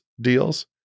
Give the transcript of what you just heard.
deals